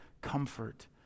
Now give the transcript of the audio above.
comfort